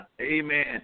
Amen